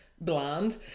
bland